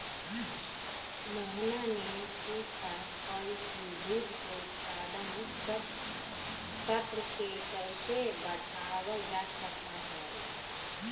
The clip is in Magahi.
मोहना ने पूछा कई की दूध के उत्पादन स्तर के कैसे बढ़ावल जा सका हई?